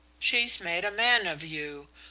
she's made a man of you.